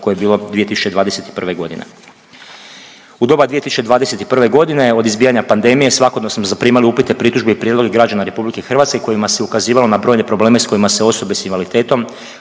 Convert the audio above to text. koje je bilo 2021. g. U doba 2021. g. od izbijanja pandemije svakodnevno smo zaprimali upite, pritužbe i prijedloge građana RH kojima se ukazivalo na brojne probleme s kojima se osobe s invaliditetom,